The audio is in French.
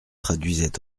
traduisait